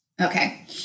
Okay